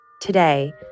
Today